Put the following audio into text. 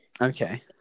Okay